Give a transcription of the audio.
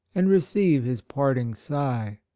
and receive his parting sigh.